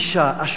השוטרים,